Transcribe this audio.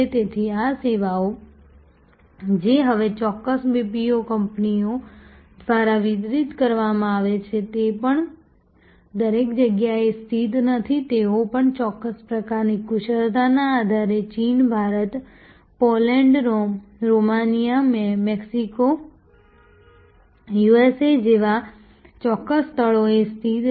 તેથી આ સેવાઓ જે હવે ચોક્કસ BPO કંપનીઓ દ્વારા વિતરિત કરવામાં આવે છે તે પણ દરેક જગ્યાએ સ્થિત નથી તેઓ પણ ચોક્કસ પ્રકારની કુશળતાના આધારે ચીન Bharat Poland Romania Mexico USA જેવા ચોક્કસ સ્થળોએ સ્થિત છે